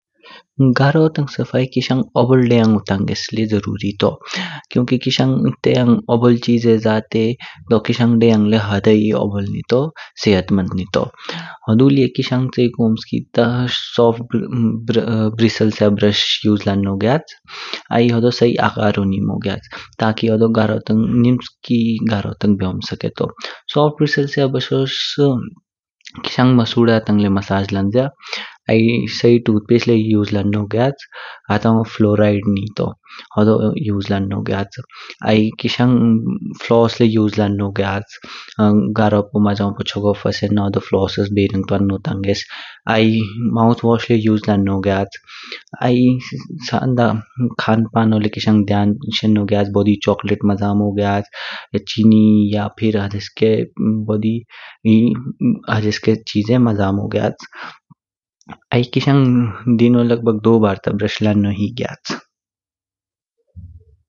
गारो तांग सफाई लय किशाङ ओबोल दयानु ताङेस लय जरुरी तौ। क्युकी किशाङ तेयाङ ओबोल चीजे जाते दो किशाङ द्याङ लय हदही ओबोल नीतो सेहतमन्द नीतो। हुडु लिए किशाङ च्यिकु ओम्स्की ता सॉफ्ट ब्रेसल सा बुरह उसे लन्नो ग्याच। आई होडो शी आकारु निमो ग्याच। ता कि होडो गारो तांग निम्स्की गारो तांग बयोम स्केतो। सॉफ़्ट ब्रेसल स्या बुरशस केशाङ मसूदा तांग लय मसाज लंज्या। आई शी टूथपेस्ट लय उसे लन्नो ग्याच हेशन फ्लोराईड नीतो। होडो उसे लन्नो ग्याच। आई किशाङ फ्लॉस लय उसे लन्नो ग्याच। गारो पू माझाओ चागो फैसेना होडो फ्लॉस बेराङ तवानो ताङेस्स आई माउथ वाश लय उसे लन्नो ग्याच। आई सांदा खान पानो लय किशाङ ध्यान शेहनो ग्याच बोडी चॉकलेट मजमो ग्याच, चीनी या फिर हडेसके बोडी हजेसके चीजो मा जमो ग्याच। आई किशाङ दिनों लग भग दो बार ता ब्रश लन्नो ग्याच।